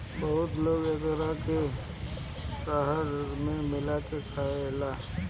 बहुत लोग एकरा के सलाद में मिला के खाएला